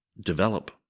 develop